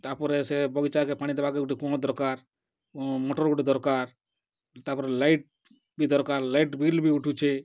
ତା'ପରେ ସେ ବଗିଚାକେ ପାଣି ଦେବାକେ ଗୋଟେ ଲୋକ ମଧ୍ୟ ଦରକାର ମଟର ଗୋଟେ ଦରକାର ତାପରେ ଲାଇଟ୍ ବି ଦରକାର ଲାଇଟ୍ ବିଲ୍ ବି ଉଠୁଛେ